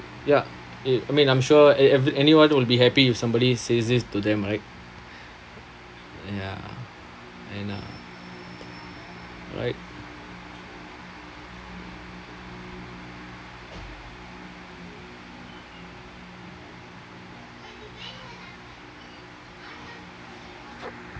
ya it I mean I'm sure if if anyone will be happy if somebody says this to them right ya and uh right